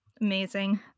Amazing